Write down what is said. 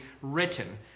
written